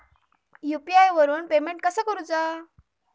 UPI वरून payment कसा करूचा?